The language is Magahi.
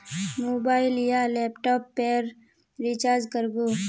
मोबाईल या लैपटॉप पेर रिचार्ज कर बो?